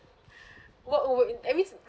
what what would at least